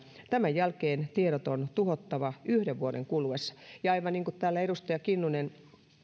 tämän jälkeen tiedot on tuhottava yhden vuoden kuluessa aivan niin kuin täällä edustaja kinnunen